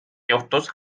juhtus